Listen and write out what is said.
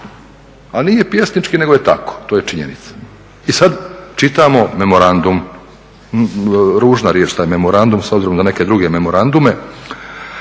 a nije pjesnički nego je tako, to je činjenica. I sada čitamo memorandum, ružna riječ taj memorandum s obzirom na neke druge memorandume,